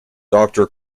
doctor